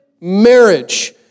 marriage